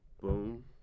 Boom